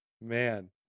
man